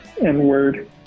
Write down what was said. N-word